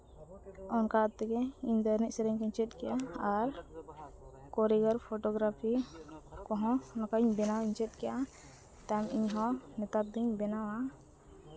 ᱚᱱᱠᱟ ᱛᱮᱜᱮ ᱤᱧᱫᱚ ᱮᱱᱮᱡ ᱥᱮᱨᱮᱧ ᱠᱚᱧ ᱪᱮᱫ ᱠᱮᱫᱟ ᱟᱨ ᱠᱳᱨᱤᱭᱚᱜᱨᱟᱯᱷᱟᱨ ᱯᱷᱳᱴᱳ ᱜᱨᱟᱯᱷᱤ ᱠᱚᱦᱚᱸ ᱱᱚᱝᱠᱟ ᱜᱮ ᱵᱮᱱᱟᱣ ᱤᱧ ᱪᱮᱫ ᱠᱮᱫᱼᱟ ᱛᱟᱭᱚᱢ ᱤᱧᱦᱚᱸ ᱱᱮᱛᱟᱨ ᱫᱚᱧ ᱵᱮᱱᱟᱣᱟ